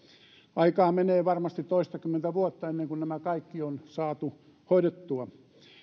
aikaa menee varmasti toistakymmentä vuotta ennen kuin nämä kaikki on saatu hoidettua